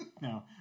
No